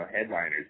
headliners